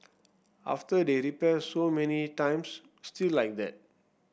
after they repair so many times still like that